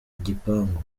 igipangu